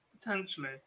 Potentially